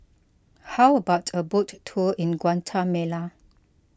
how about a boat tour in Guatemala